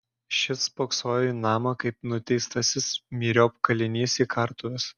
šis spoksojo į namą kaip nuteistasis myriop kalinys į kartuves